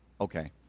Okay